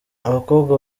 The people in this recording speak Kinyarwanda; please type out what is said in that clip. abakobwa